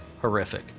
horrific